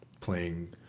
playing